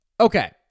Okay